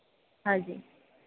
हाँ जी